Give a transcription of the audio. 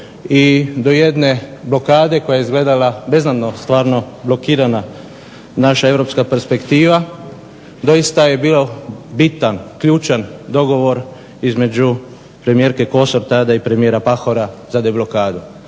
i do jedne blokade koja je izgledala beznadno stvarno blokirana naša europska perspektiva doista je bio bitan, ključan dogovor između premijerke Kosor tada i premijera Pahora za deblokadu.